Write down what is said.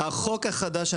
החוק החדש,